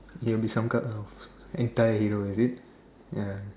you'll be some kind of anti hero is it ya